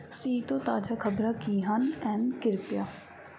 ਸੀ ਤੋਂ ਤਾਜ਼ਾ ਖ਼ਬਰਾਂ ਕੀ ਹਨ ਐਨ ਕ੍ਰਿਪਿਆ